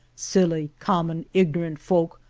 silly, common, ignorant folk,